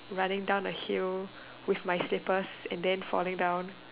running down a hill with my slippers and then falling down